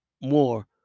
more